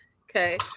okay